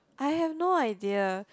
I have no idea